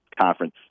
Conference